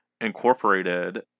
incorporated